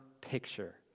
picture